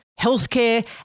healthcare